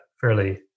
fairly